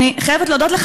אני חייבת להודות לך,